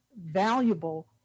valuable